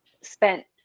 spent